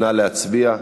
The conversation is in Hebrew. נא להצביע.